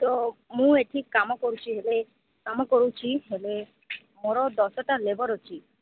ତ ମୁଁ ଏଠି କାମ କରୁଛି ହେଲେ କାମ କରୁଛି ହେଲେ ମୋର ଦଶଟା ଲେବର ଅଛି